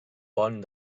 pont